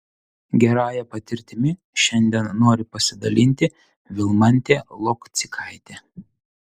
gerąja patirtimi šiandien nori pasidalinti vilmantė lokcikaitė